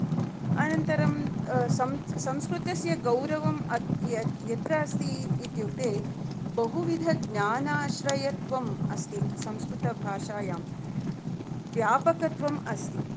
अनन्तरम् संस्कृतस्य गौरवं यत्र अस्ति इति चेत् बहुविधज्ञानाश्रयत्वम् अस्ति संस्कृतभाषायां व्यापकत्वम् अस्ति